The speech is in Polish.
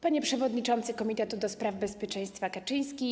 Panie Przewodniczący Komitetu ds. Bezpieczeństwa Kaczyński!